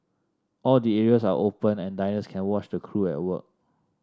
all the areas are open and diners can watch the crew at work